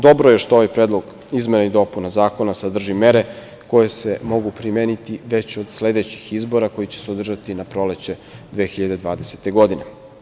Dobro je što ovaj predlog izmena i dopuna zakona sadrži mere koje se mogu primeniti već od sledećih izbora, koji će se održati na proleće 2020. godine.